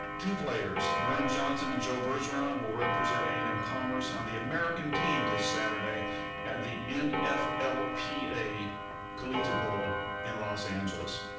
two players, vernon johnson and joe bergeron, will represent a and m-commerce on the american team this saturday at the nflpa collegiate bowl in los angeles.